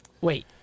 Wait